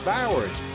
Bowers